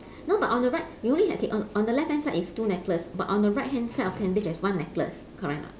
no but on the right you only have K on on the left hand side it's two necklace but on the right hand side of tentage there's one necklace correct or not